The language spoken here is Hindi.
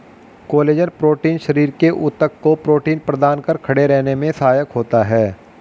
कोलेजन प्रोटीन शरीर के ऊतक को प्रोटीन प्रदान कर खड़े रहने में सहायक होता है